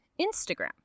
Instagram